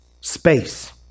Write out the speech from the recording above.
space